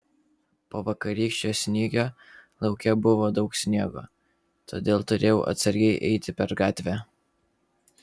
po vakarykščio snygio lauke buvo daug sniego todėl turėjau atsargiai eiti per gatvę